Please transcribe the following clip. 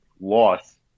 loss